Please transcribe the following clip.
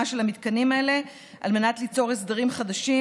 של המתקנים האלה על מנת ליצור הסדרים חדשים,